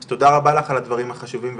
אז תודה רבה לך על הדברים החשובים והשיתוף.